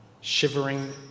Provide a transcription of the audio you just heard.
shivering